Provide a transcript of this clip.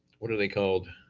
what are they called?